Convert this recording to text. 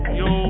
yo